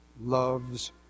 loves